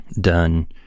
done